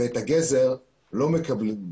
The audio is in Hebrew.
ואת הגזר לא מקבלים.